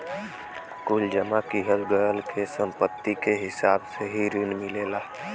कुल जमा किहल गयल के सम्पत्ति के हिसाब से ही रिन मिलला